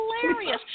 hilarious